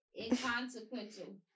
Inconsequential